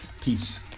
Peace